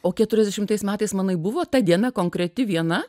o keturiasdešimtais metais manai buvo ta diena konkreti viena